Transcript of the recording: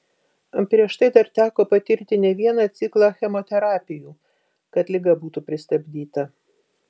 prieš tai dar teko patirti ne vieną ciklą chemoterapijų kad liga būtų pristabdyta